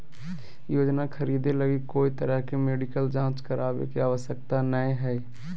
योजना खरीदे लगी कोय तरह के मेडिकल जांच करावे के आवश्यकता नयय हइ